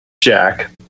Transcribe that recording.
Jack